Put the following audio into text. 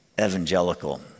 evangelical